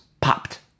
popped